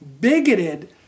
bigoted